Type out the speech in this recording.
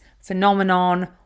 phenomenon